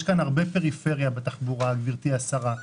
יש כאן הרבה פריפריה בתחבורה, גברתי השרה.